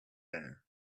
air